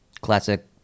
Classic